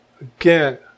Again